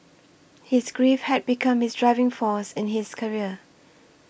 his grief had become his driving force in his career